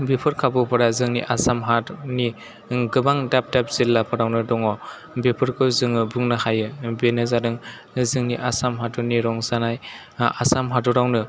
बेफोर खाबुफोरा जोंनि आसाम हादरनि गोबां दाब दाब जिल्लाफोरावनो दङ बेफोरखौ जोङो बुंनो हायो बेनो जादों जोंनि आसाम हादरनि रंजानाय आसाम हादरावनो